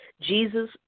jesus